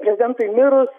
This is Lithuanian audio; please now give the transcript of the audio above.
prezidentui mirus